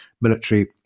military